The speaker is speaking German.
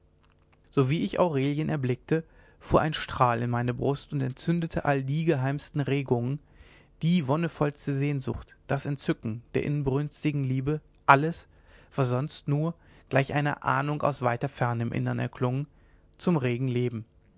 sowie ich aurelien erblickte fuhr ein strahl in meine brust und entzündete all die geheimsten regungen die wonnevollste sehnsucht das entzücken der inbrünstigen liebe alles was sonst nur gleich einer ahnung aus weiter ferne im innern erklungen zum regen leben